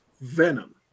Venom